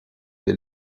que